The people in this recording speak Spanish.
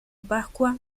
pascua